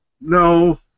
no